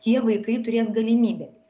tie vaikai turės galimybę